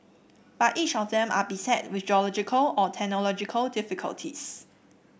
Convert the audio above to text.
but each of them are beset with geological or technological difficulties